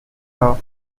her